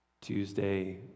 Tuesday